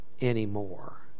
anymore